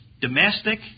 domestic